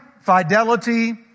fidelity